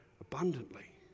abundantly